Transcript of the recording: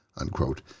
unquote